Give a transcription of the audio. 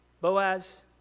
Boaz